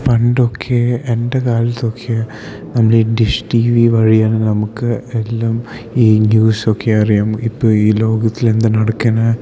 പണ്ടൊക്കെ എൻ്റെ കാലത്തൊക്കെ നമ്മൾ ഈ ഡിഷ് ടി വി വഴിയാണ് നമുക്ക് എല്ലാം ഈ ന്യൂസൊക്കെ അറിയാം ഇപ്പം ഈ ലോകത്തിൽ എന്താണ് നടക്കണത്